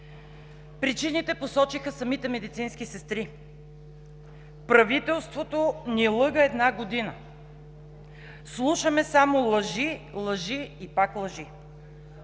Причините посочиха самите медицински сестри – правителството ни лъга една година, слушаме само лъжи, лъжи и пак лъжи!